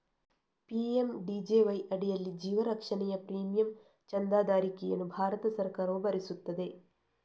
PMJDY ಅಡಿಯಲ್ಲಿ ಜೀವ ರಕ್ಷಣೆಯ ಪ್ರೀಮಿಯಂ ಚಂದಾದಾರಿಕೆಯನ್ನು ಭಾರತ ಸರ್ಕಾರವು ಭರಿಸುತ್ತದೆ